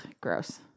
gross